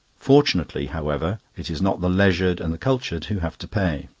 fortunately, however, it is not the leisured and the cultured who have to pay.